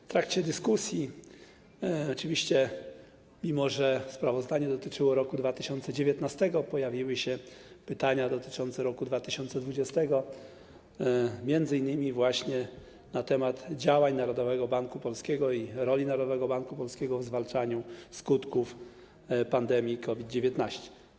W trakcie dyskusji oczywiście, mimo że sprawozdanie dotyczyło roku 2019, pojawiły się pytania dotyczące roku 2020, m.in. właśnie działań Narodowego Banku Polskiego i roli Narodowego Banku Polskiego w zwalczaniu skutków pandemii COVID-19.